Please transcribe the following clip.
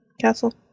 castle